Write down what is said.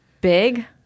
big